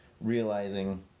realizing